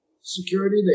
security